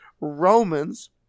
Romans